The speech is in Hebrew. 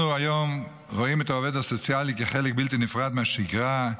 אנחנו היום רואים את העובד הסוציאלי כחלק בלתי נפרד מהשגרה,